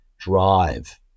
drive